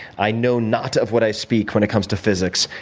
i know not of what i speak when it comes to physics,